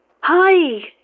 Hi